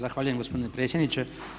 Zahvaljujem gospodine predsjedniče.